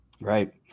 right